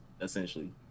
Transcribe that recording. essentially